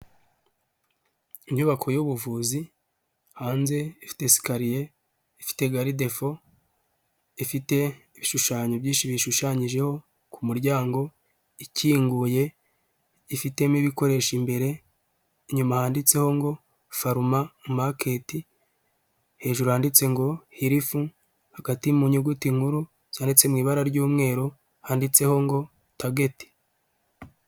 Inyubako y'ubuvuzi, hanze ifite sikariye, ifite garidefo, ifite ibishushanyo byinshi bishushanyijeho ku muryango, ikinguye, ifitemo ibikoresho imbere, inyuma handitseho ngo "faruma maketi," hejuru handitse ngo "herifu," hagati mu nyuguti nkuru byanditse mu ibara ry'umweru handitseho ngo "tageti."